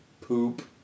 Poop